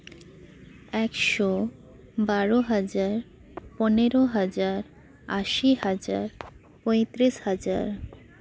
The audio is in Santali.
ᱮᱠᱥᱚ ᱵᱟᱨᱚᱦᱟᱡᱟᱨ ᱯᱚᱱᱮᱨᱳ ᱦᱟᱡᱟᱨ ᱟᱥᱤ ᱦᱟᱡᱟᱨ ᱯᱚᱸᱭᱛᱤᱨᱤᱥ ᱦᱟᱡᱟᱨ